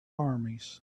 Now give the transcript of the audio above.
armies